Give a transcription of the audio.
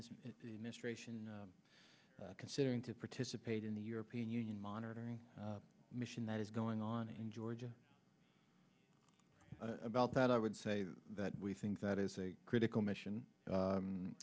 ration considering to participate in the european union monitoring mission that is going on in georgia about that i would say that we think that is a critical mission